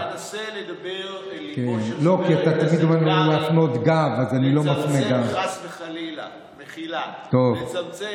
אני מנסה לדבר אל ליבו של חבר הכנסת קרעי לצמצם,